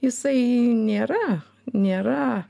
jisai nėra nėra